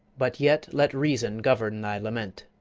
but yet let reason govern thy lament.